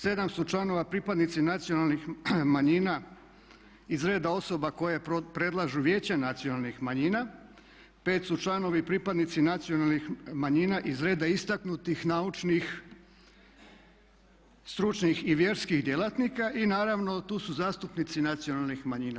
7 su članova pripadnici nacionalnih manjina iz reda osoba koje predlažu vijeća nacionalnih manjina, 5 su članovi pripadnici nacionalnih manjina iz reda istaknutih, naučnih, stručnih i vjerskih djelatnika i naravno tu su zastupnici nacionalnih manjina.